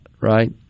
Right